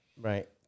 Right